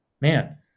man